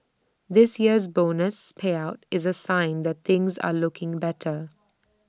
this year's bonus payout is A sign that things are looking better